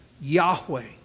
Yahweh